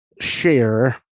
share